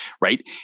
Right